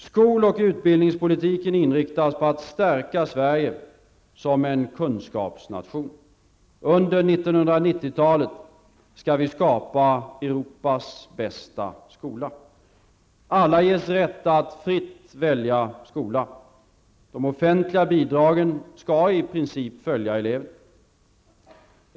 Skol och utbildningspolitiken inriktas på att stärka Sverige som en kunskapsnation. Under 1990-talet skall vi skapa Europas bästa skola. Alla ges rätt att fritt välja skola. De offentliga bidragen skall i princip följa eleven.